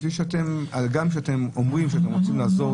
גם כשאתם אומרים שאתם רוצים לעזור